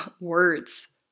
words